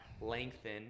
lengthen